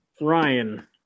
Ryan